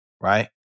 right